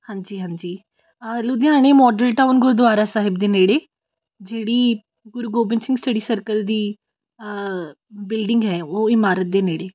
ਹਾਂਜੀ ਹਾਂਜੀ ਲੁਧਿਆਣੇ ਮੋਡਲ ਟਾਊਨ ਗੁਰਦੁਆਰਾ ਸਾਹਿਬ ਦੇ ਨੇੜੇ ਜਿਹੜੀ ਗੁਰੂ ਗੋਬਿੰਦ ਸਿੰਘ ਸਟੱਡੀ ਸਰਕਲ ਦੀ ਬਿਲਡਿੰਗ ਹੈ ਉਹ ਇਮਾਰਤ ਦੇ ਨੇੜੇ